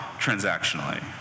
transactionally